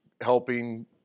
helping